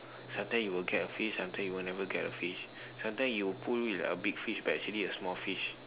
sometimes you will get a fish sometimes you will never get a fish sometimes you pull a big fish but actually a small fish